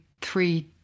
three